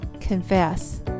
confess